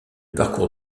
parcours